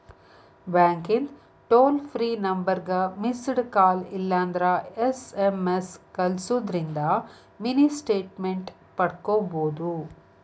ಬ್ಯಾಂಕಿಂದ್ toll free ನಂಬರ್ಗ missed call ಇಲ್ಲಂದ್ರ ಎಸ್.ಎಂ.ಎಸ್ ಕಲ್ಸುದಿಂದ್ರ ಮಿನಿ ಸ್ಟೇಟ್ಮೆಂಟ್ ಪಡ್ಕೋಬೋದು